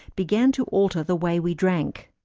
began to alter the way we drank.